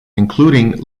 including